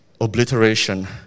obliteration